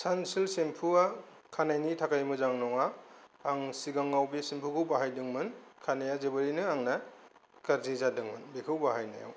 Sunsilk सेम्पुया खानाइनि थाखाय मोजां नङा आं सिगाङाव बे सेम्पुखौ बाहायदोंमोन खानाया जोबोरैनो आंना गाज्रि जादोंमोन बेखौ बाहायनायाव